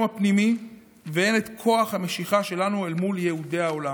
הפנימי והן את כוח המשיכה שלנו אל מול יהודי העולם.